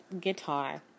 guitar